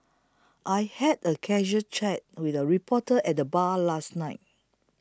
I had a casual chat with a reporter at the bar last night